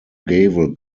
gavel